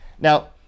Now